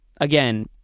Again